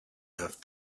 have